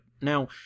Now